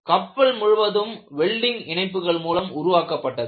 கப்பல் முழுவதும் வெல்டிங் இணைப்புகள் மூலம் உருவாக்கப்பட்டது